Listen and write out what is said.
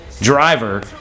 driver